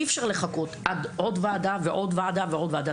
אי אפשר לחכות עוד ועדה ועוד ועדה ועוד ועדה.